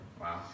Wow